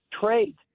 trade